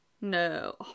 No